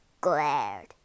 glared